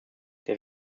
der